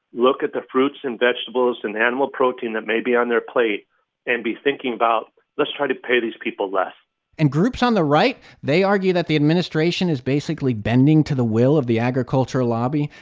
look at the fruits and vegetables and the animal protein that may be on their plate and be thinking about, let's try to pay these people less and groups on the right, they argue that the administration is basically bending to the will of the agriculture lobby.